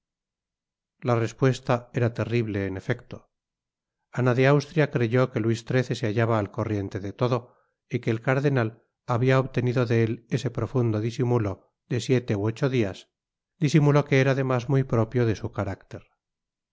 la respuesta era terrible en efecto ana de austria creyó que luis xiii se hallaba al corriente de todo y que el cardenal habia obtenido de él ese profundo disimulo de siete ú ocho dias disimulo que era además muy propio de su carácter